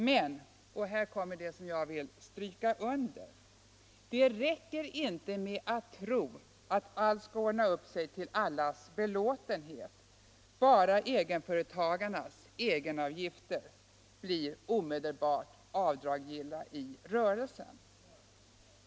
Men jag vill stryka under att det inte räcker med att tro att allt skall ordna upp sig till allas belåtenhet om bara egenföretagarnas avgifter blir direkt avdragsgilla i rörelsen.